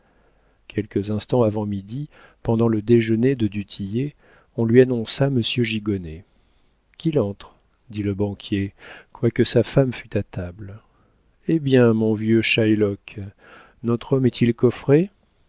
quelques instants avant midi pendant le déjeuner de du tillet on lui annonça monsieur gigonnet qu'il entre dit le banquier quoique sa femme fût à table eh bien mon vieux shylock notre homme est-il coffré